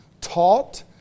taught